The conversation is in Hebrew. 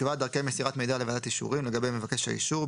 יקבע דרכי מסירת מידע לוועדת אישורים לגבי מבקש האישור,